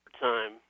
time